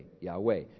Yahweh